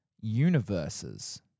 universes